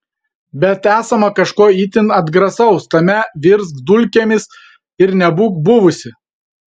bet esama kažko itin atgrasaus tame virsk dulkėmis ir nebūk buvusi